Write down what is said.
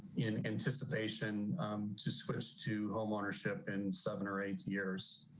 in anticipation to switch to homeownership and seven or eight years.